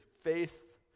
faith